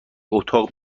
اتاق